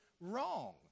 wrong